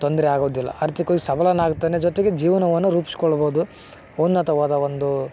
ತೊಂದರೆ ಆಗೊದಿಲ್ಲ ಆರ್ಥಿಕವಾಗಿ ಸಬಲನಾಗ್ತಾನೆ ಜೊತೆಗೆ ಜೀವನವನ್ನು ರೂಪಿಸಿಕೊಳ್ಬೋದು ಉನ್ನತವಾದ ಒಂದು